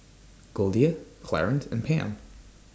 Goldia Clarence and Pam